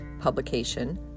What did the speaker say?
publication